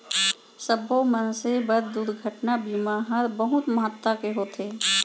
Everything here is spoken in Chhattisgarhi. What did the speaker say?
सब्बो मनसे बर दुरघटना बीमा हर बहुत महत्ता के होथे